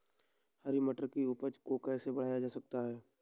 हरी मटर की उपज को कैसे बढ़ाया जा सकता है?